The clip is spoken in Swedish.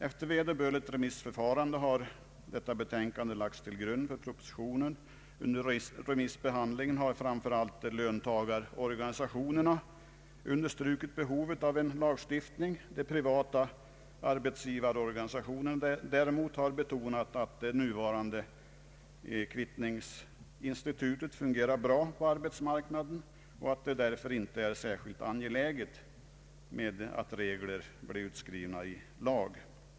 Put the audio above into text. Efter vederbörligt remissförfarande har detta betänkande lagts till grund för propositionen. Under remissbehandlingen har framför allt löntagarorganisationerna understrukit behovet av en lagstiftning. De privata arbetsgivarorganisationerna däremot har betonat att det nuvarande kvittningsinstitutet fungerar bra på arbetsmarknaden och att det därför inte är särskilt angeläget med regler utskrivna i lag.